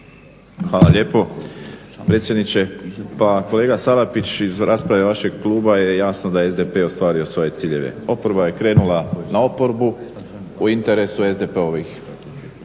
Hvala lijepo predsjedniče. Pa kolega Salapić iz rasprave vašeg kluba je jasno da je SDP ostvario svoje ciljeve. Oporba je krenula na oporbu u interesu SDP-ovih